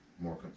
more